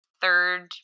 third